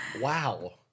Wow